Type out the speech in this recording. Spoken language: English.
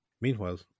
Meanwhile